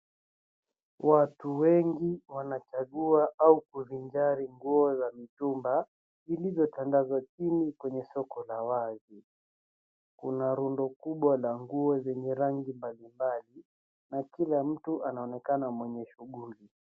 Watu wengi wanachagua au kuvinjari nguo za mitumba, zilizotandazwa chini kwenye soko la wazi. Kuna rundo kubwa la nguo zenye rangi mbalimbali, na kila mtu anaonekana mwenye shughuli.